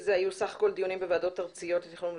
זה היו בסך הכול דיונים בוועדות ארציות לתכנון,